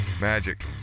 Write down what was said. magic